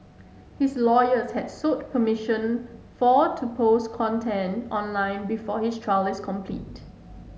his lawyers had sought permission for to post content online before his trial is completed